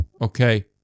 okay